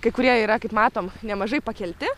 kurie yra kaip matom nemažai pakelti